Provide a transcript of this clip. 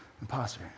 Imposter